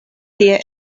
tie